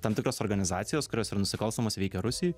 tam tikros organizacijos kurios yra nusikalstamos veikia rusijoj